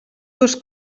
dos